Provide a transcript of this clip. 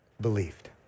believed